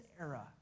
era